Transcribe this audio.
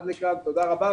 תודה רבה.